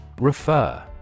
Refer